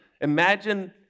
imagine